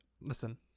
Listen